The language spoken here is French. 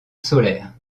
solaire